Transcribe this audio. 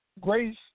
Grace